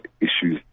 issues